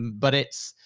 but it's.